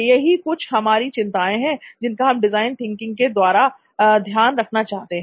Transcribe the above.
यही कुछ हमारी चिंताएं हैं जिनका हम डिजाइन थिंकिंग के द्वारा ध्यान रखना चाहते हैं